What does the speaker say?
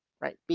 right